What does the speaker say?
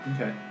Okay